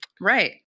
Right